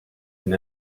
and